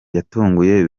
yatunguye